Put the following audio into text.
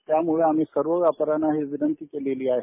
त्यामूळे आम्ही सर्व व्यापऱ्यांना ही विनंती केलेली आहे